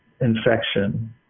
infection